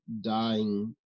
dying